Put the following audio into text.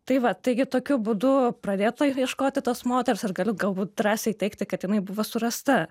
tai va taigi tokiu būdu pradėta ieškoti tos moters ir galiu galbūt drąsiai teigti kad jinai buvo surasta